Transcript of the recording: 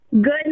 Good